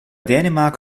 dänemark